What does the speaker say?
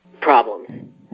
problems